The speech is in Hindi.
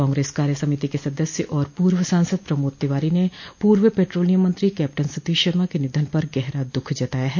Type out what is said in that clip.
कांग्रेस कार्य समिति के सदस्य और पूर्व सांसद प्रमोद तिवारी ने पूर्व पेट्रोलियम मंत्री कैप्टन सतीश शर्मा के निधन पर गहरा दुःख जताया है